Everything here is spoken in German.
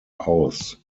aus